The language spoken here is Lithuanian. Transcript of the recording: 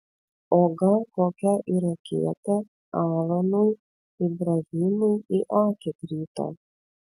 o gal kokia irakietė alanui ibrahimui į akį krito